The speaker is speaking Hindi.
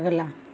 अगला